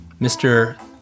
Mr